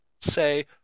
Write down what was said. say